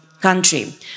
country